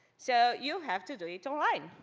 so you have to do it online.